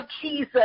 Jesus